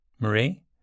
Marie